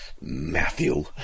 Matthew